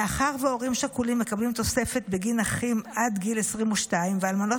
מאחר שהורים שכולים מקבלים תוספת בגין אחים עד גיל 22 ואלמנות